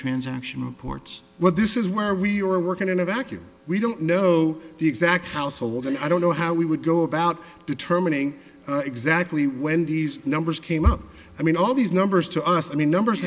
transaction reports but this is where we were working in a vacuum we don't know the exact household and i don't know how we would go about determining exactly when these numbers came out i mean all these numbers to us i mean number